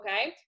okay